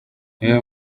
niwe